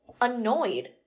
annoyed